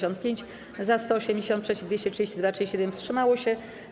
Za - 180, przeciw - 232, 31 wstrzymało się.